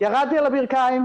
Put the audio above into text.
ירדתי על הברכיים,